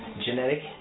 genetic